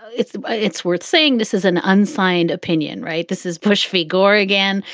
it's ah it's worth saying this is an unsigned opinion. right? this is bush v. gore again.